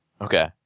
Okay